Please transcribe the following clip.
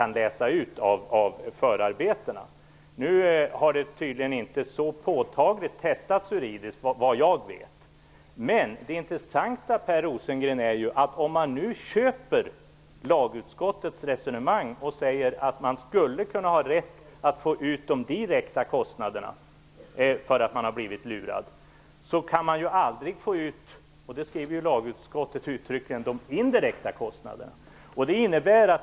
Nu har det tydligen inte testats juridiskt enligt vad jag vet. Om vi nu köper lagutskottets resonemang är det så att man skulle kunna ha rätt att få ut de direkta kostnaderna för att man har blivit lurad, men man kan ju aldrig få ut de indirekta kostnaderna - det skriver lagutskottet uttryckligen, och det är det intressanta, Per Rosengren.